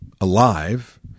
alive